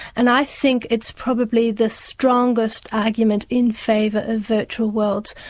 and i think it's probably the strongest argument in favour of virtual worlds.